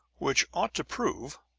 which ought to prove,